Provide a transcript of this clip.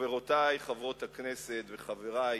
חברותי חברות הכנסת וחברי,